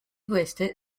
queste